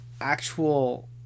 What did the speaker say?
actual